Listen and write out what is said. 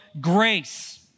grace